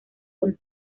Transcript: con